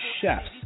CHEFS